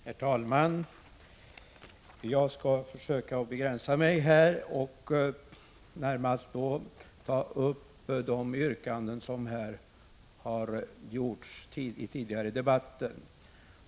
Herr talman! Jag skall försöka begränsa mig och närmast beröra de yrkanden som har gjorts tidigare i debatten.